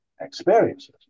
experiences